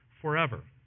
forever